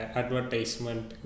advertisement